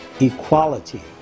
equality